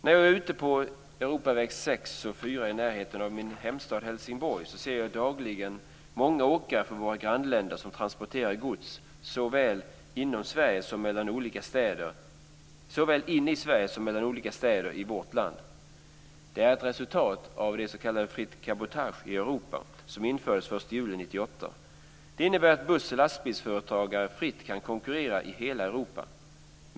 När jag är ute på Europavägarna 6 och 4 i närheten av min hemstad Helsingborg ser jag dagligen många åkare från våra grannländer som transporterar gods såväl in i Sverige som mellan olika städer i vårt land. Detta är ett resultat av ett s.k. fritt cabotage i Europa som infördes den 1 juli 1998. Det innebär att buss och lastbilsföretagare fritt kan konkurrera i hela Europa.